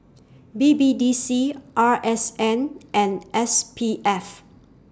B B D C R S N and S P F